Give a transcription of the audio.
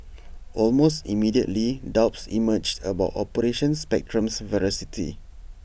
almost immediately doubts emerged about operation Spectrum's veracity